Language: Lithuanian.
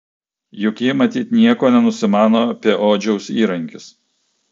juk ji matyt nieko nenusimano apie odžiaus įrankius